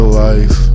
life